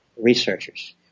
researchers